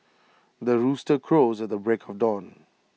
the rooster crows at the break of dawn